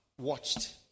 watched